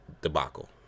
debacle